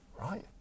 Right